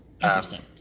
Interesting